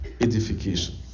edification